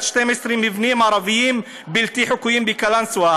12 מבנים ערביים בלתי חוקיים בקלנסואה.